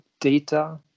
data